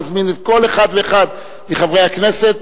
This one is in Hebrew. אני מזמין את כל אחד ואחד מחברי הכנסת,